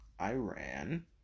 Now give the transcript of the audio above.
Iran